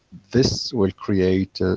this will create ah